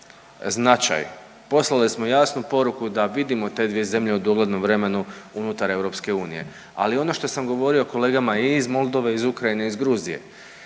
značaj. Poslali smo jasnu poruku da vidimo te dvije zemlje u doglednom vremenu unutar EU. Ali ono što sam govorio kolegama i iz Moldove, iz Ukrajine i iz Gruzije,